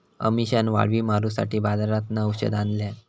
अमिशान वाळवी मारूसाठी बाजारातना औषध आणल्यान